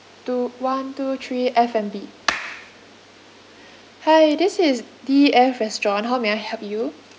two one two three F&B hi this is D E F restaurant how may I help you